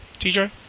TJ